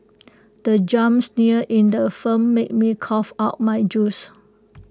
the jump scare in the film made me cough out my juice